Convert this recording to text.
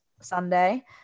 Sunday